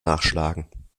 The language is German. nachschlagen